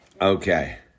Okay